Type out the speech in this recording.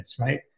right